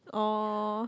oh